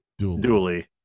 Dually